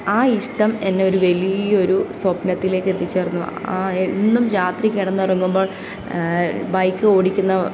ആ ഇഷ്ടം എന്നെ ഒരു വലിയൊരു സ്വപ്നത്തിലേക്ക് എത്തിച്ചേർന്നു ആ എന്നും രാത്രി കിടന്നുറങ്ങുമ്പോൾ ബൈക്ക് ഓടിക്കുന്ന